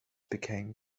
became